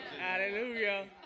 Hallelujah